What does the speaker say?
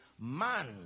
man